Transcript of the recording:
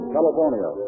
California